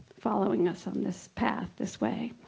following us on this path this way.